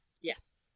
yes